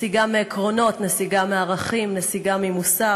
נסיגה מעקרונות, נסיגה מערכים, נסיגה ממוסר,